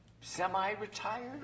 semi-retired